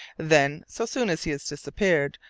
then, so soon as he has disappeared,